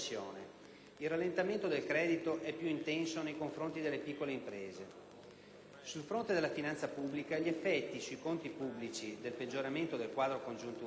Il rallentamento del credito è più intenso nei confronti delle piccole imprese. Sul fronte della finanza pubblica, gli effetti sui conti pubblici del peggioramento del quadro congiunturale